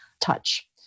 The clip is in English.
touch